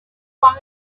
find